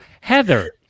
Heather